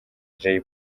jay